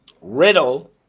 Riddle